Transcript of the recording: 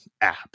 app